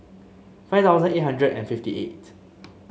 five thousand eight hundred and fifty eight